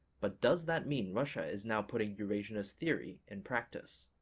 but does that mean russia is now putting eurasianist theory in practice?